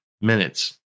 minutes